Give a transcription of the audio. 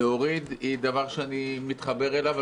להוריד, היא דבר שאני מתחבר אליו.